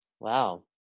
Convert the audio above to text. Wow